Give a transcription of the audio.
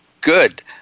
good